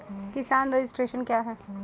किसान रजिस्ट्रेशन क्या हैं?